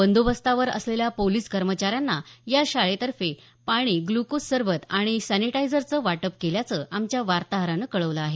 बंदोबस्तावर असलेल्या पोलीस कर्मचाऱ्यांना या शाळेतर्फे पाणी ग्लुकोज सरबत आणि सॅनिटाझरचं वाटप केल्याचं आमच्या वार्ताहरानं कळवलं आहे